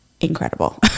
incredible